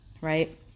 right